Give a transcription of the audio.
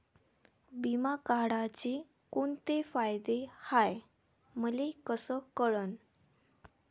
बिमा काढाचे कोंते फायदे हाय मले कस कळन?